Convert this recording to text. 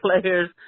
players